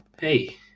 hey